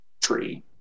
tree